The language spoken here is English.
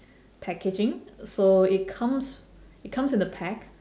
packaging so it comes it comes in a pack